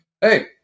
Hey